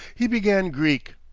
he began greek.